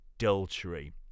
adultery